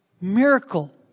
miracle